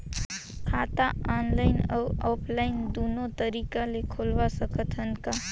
खाता ऑनलाइन अउ ऑफलाइन दुनो तरीका ले खोलवाय सकत हन का?